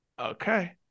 Okay